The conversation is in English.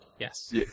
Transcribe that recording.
Yes